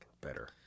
better